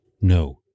No